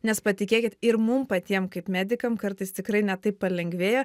nes patikėkit ir mum patiem kaip medikam kartais tikrai net taip palengvėja